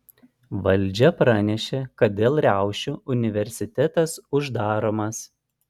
valdžia pranešė kad dėl riaušių universitetas uždaromas